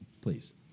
please